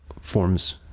forms